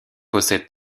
possède